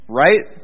right